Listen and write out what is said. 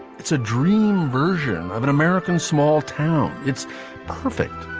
it's a dream version of an american small town. it's perfect.